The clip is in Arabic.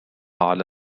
على